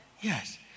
yes